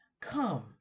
come